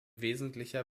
wesentlicher